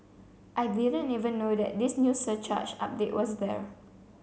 I didn't even know that this new surcharge update was there